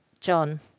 John